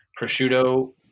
prosciutto